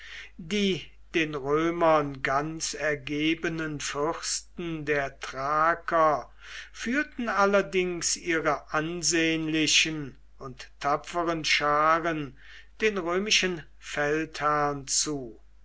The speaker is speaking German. die den römern ganz ergebenen fürsten der thraker führten allerdings ihre ansehnlichen und tapferen scharen den römischen feldherrn zu